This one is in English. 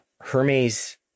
Hermes